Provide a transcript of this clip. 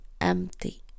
empty